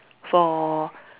for